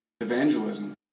evangelism